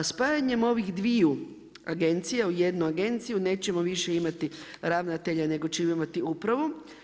Spajanjem ovih dviju agencija u jednu agenciju nećemo više imati ravnatelja, nego ćemo imati upravu.